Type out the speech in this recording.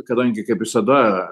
kadangi kaip visada